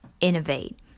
innovate